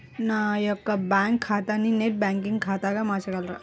నా యొక్క బ్యాంకు ఖాతాని నెట్ బ్యాంకింగ్ ఖాతాగా మార్చగలరా?